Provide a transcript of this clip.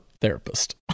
therapist